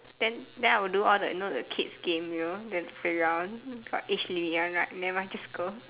then then I will do all the you know the kids game you know there's playground got age limit one right never mind just go